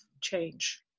change